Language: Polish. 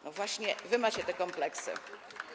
No właśnie wy macie te kompleksy.